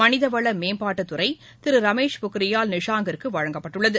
மளிதவள மேம்பட்டுத்துறை திரு ரமேஷ் பொன்ரியால் நிஷாங்கிற்கு வழங்கப்பட்டுள்ளது